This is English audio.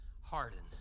hardened